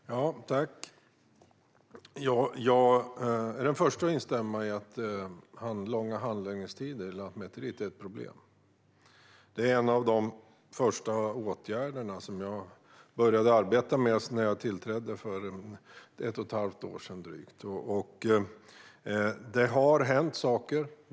Fru talman! Jag är den förste att instämma i att långa handläggningstider hos Lantmäteriet är ett problem. Det var en av de första frågorna som jag började arbeta med när jag tillträdde för drygt ett och ett halvt år sedan. Det har hänt saker.